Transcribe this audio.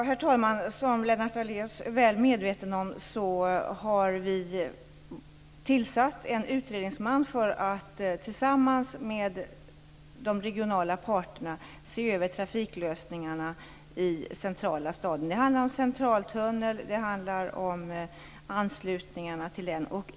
Herr talman! Som Lennart Daléus är väl medveten om har regeringen tillsatt en utredningsman för att tillsammans med de regionala parterna se över trafiklösningarna i centrala staden. Det handlar om Centraltunneln och anslutningarna till den.